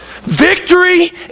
Victory